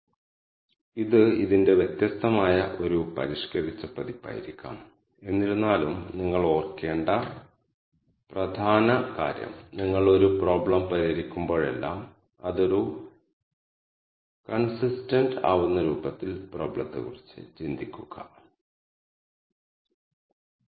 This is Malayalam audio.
അതിനാൽ 0 മുതൽ 10 വരെ വ്യത്യാസമുള്ള നിരവധി ക്ലസ്റ്ററുകളായ x അക്ഷം ആണിത് കാരണം ഞങ്ങൾക്ക് ഉണ്ടായിരുന്ന ക്ലസ്റ്ററുകളുടെ പരമാവധി എണ്ണം 0 മുതൽ 10 വരെയാണ് കൂടാതെ നിങ്ങളുടെ ട്രിപ്പുകൾ സംബന്ധിച്ച സ്ക്വയർ മൂല്യങ്ങളുടെ ആകെത്തുകയാണ് ഈ y അക്ഷം